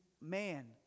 man